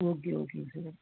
okay ஓகேங்க sir